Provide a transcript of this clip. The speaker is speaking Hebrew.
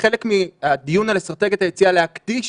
כחלק מהדיון על אסטרטגיית היציאה, להקדיש